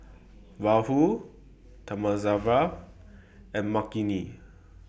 Rahul Thamizhavel and Makineni